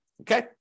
okay